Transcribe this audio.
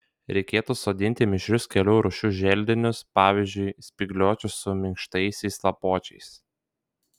reikėtų sodinti mišrius kelių rūšių želdinius pavyzdžiui spygliuočius su minkštaisiais lapuočiais